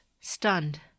stunned